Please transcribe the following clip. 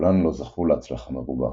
שכולן לא זכו להצלחה מרובה.